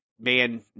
man